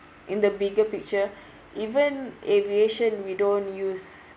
in the bigger picture even aviation we don't use